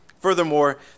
Furthermore